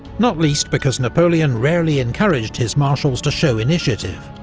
not least because napoleon rarely encouraged his marshals to show initiative,